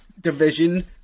division